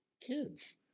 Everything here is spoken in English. kids